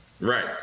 Right